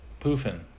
Poofin